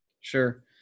Sure